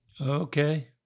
Okay